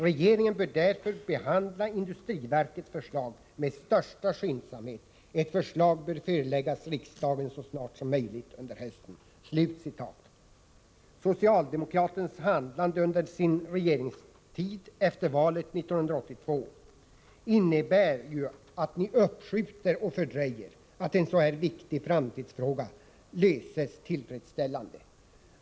Regeringen bör därför behandla industriverkets förslag med största skyndsamhet. Ett förslag bör föreläggas riksdagen så snart som möjligt under hösten.” Socialdemokraternas handlande under sin regeringstid efter valet 1982 innebär ju att de uppskjuter och fördröjer att en så här viktig framtidsfråga löses tillfredsställande.